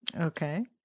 Okay